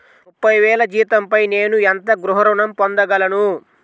ముప్పై వేల జీతంపై నేను ఎంత గృహ ఋణం పొందగలను?